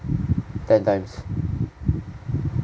ten times